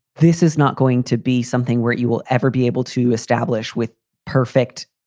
this is not going to be something where you will ever be able to establish with perfect,